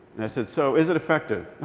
and i said, so is it effective?